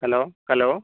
hello hello